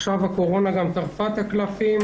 עכשיו הקורונה טרפה את הקלפים.